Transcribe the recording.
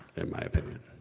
in my opinion.